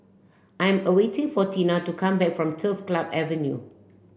I'm awaiting for Teena to come back from Turf Club Avenue